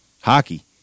hockey